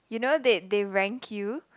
you know that they rank you